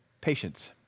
patience